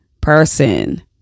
person